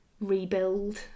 rebuild